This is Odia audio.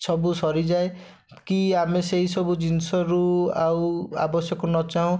ସବୁ ସରିଯାଏ କି ଆମେ ସେଇସବୁ ଜିନିଷରୁ ଆଉ ଆବଶ୍ୟକ ନ ଚାହୁଁ